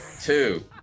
two